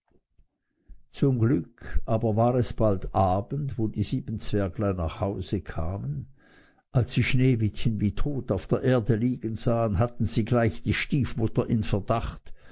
zum glück aber war es bald abend wo die sieben zwerglein nach haus kamen als sie sneewittchen wie tot auf der erde liegen sahen hatten sie gleich die stiefmutter in verdacht